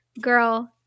girl